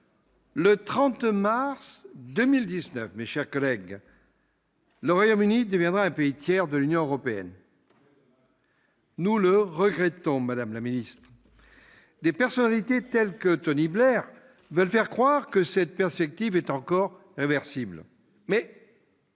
Le 30 mars 2019, le Royaume-Uni deviendra un pays tiers de l'Union européenne. Nous le regrettons. Des personnalités telles que Tony Blair veulent croire que cette perspective est encore réversible. Mais